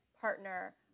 partner